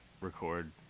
record